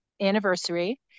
anniversary